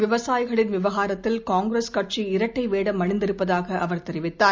விவசாயிகளின் விவகாரத்தில் காங்கிரஸ் கட்சி இரட்டை வேடம் அணிந்திருப்பதாக அவர் தெரிவித்தார்